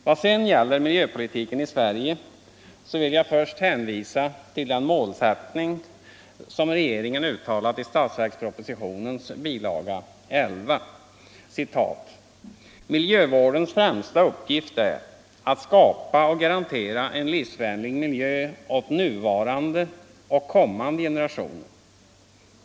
Vad sedan gäller miljöpolitiken i Sverige vill jag först hänvisa till den målsättning som regeringen uttalat i statsverkspropositionens bilaga 11: ”Miljövårdens främsta uppgift är att skapa och garantera en livsvänlig miljö åt nuvarande och kommande generationer.